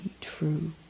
true